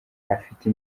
afite